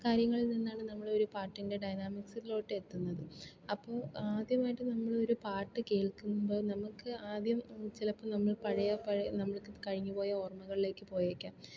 കാര്യങ്ങളിൽ നിന്നാണ് നമ്മൾ ഒരു പാട്ടിൻ്റെ ഡൈനാമിക്സിലോട്ട് എത്തുന്നത് അപ്പോൾ ആദ്യമായിട്ട് നമ്മൾ ഒരു പാട്ട് കേൾക്കുമ്പോൾ നമുക്ക് ആദ്യം ചിലപ്പോൾ നമ്മൾ പഴയ പഴയ നമ്മൾ കഴിഞ്ഞ് പോയ ഓർമ്മകളിലേക്ക് പോയേക്കാം